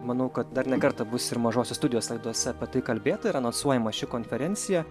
manau kad dar ne kartą bus ir mažosios studijos laidose apie tai kalbėta ir anonsuojama ši konferencija